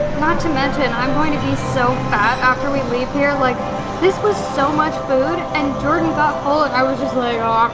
not to mention i'm going to be so fat after we leave here, like this was so much food, and jordan got full, and i was just like